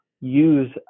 use